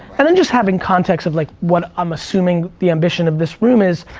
and then just having context of like, what i'm assuming the ambition of this room is.